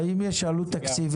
נציגי האוצר, האם יש עלות תקציבית?